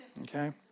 Okay